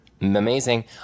amazing